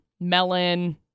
melon